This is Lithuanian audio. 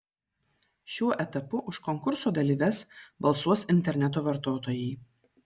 šiuo etapu už konkurso dalyves balsuos interneto vartotojai